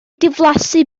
diflasu